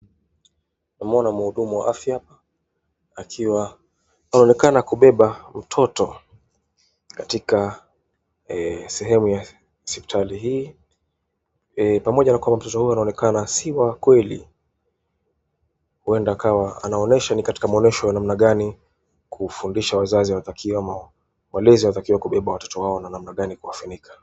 Namwona mhudumu wa afya hapa, akiwa anonekana kubeba mtoto katika sehemu ya hospitali hii, pamoja na kwamba mtoto huyo anaonekana si wa kweli, huenda akawa anaonyeshwa ni katika maonyesho ya namna gani, kufundisha wazazi watakiwamo, walezi watakiwa kuwabeba watoto wao na namna gani kuwafunika.